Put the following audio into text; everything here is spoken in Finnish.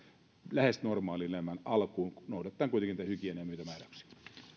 lähes normaalin elämän alkuun noudattaen kuitenkin niitä hygienia ja muita määräyksiä